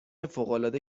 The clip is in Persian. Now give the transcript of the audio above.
فوقالعاده